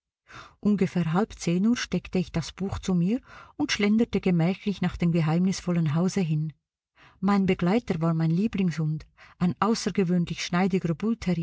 ungefähr halb zehn uhr steckte ich das buch zu mir und schlenderte gemächlich nach dem geheimnisvollen hause hin mein begleiter war mein lieblingshund ein außergewöhnlich schneidiger